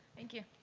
thank you.